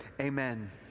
Amen